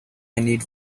need